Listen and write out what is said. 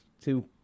two